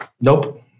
Nope